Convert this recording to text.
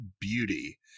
beauty